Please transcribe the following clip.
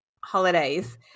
holidays